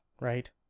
right